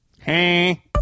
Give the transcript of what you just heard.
Hey